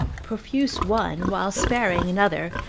profuse one while, sparing another,